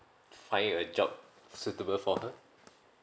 find it a job suitable for her